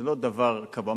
זה לא דבר קבוע.